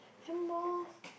handball